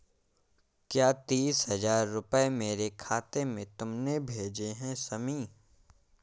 क्या तीस हजार रूपए मेरे खाते में तुमने भेजे है शमी?